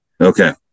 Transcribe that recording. Okay